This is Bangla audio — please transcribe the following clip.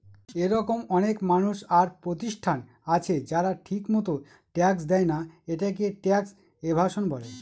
এরকম অনেক মানুষ আর প্রতিষ্ঠান আছে যারা ঠিকমত ট্যাক্স দেয়না, এটাকে ট্যাক্স এভাসন বলে